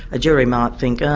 a jury might think,